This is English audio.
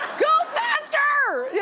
go faster! yeah